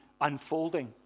unfolding